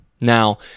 Now